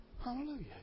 Hallelujah